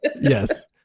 Yes